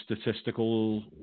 statistical